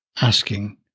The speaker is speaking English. asking